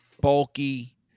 bulky